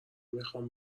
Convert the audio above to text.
میخوام